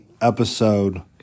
episode